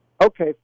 Okay